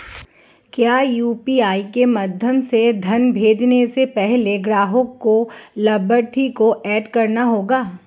क्या यू.पी.आई के माध्यम से धन भेजने से पहले ग्राहक को लाभार्थी को एड करना होगा?